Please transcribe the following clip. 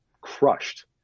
crushed